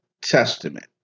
Testament